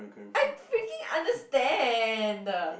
I freaking understand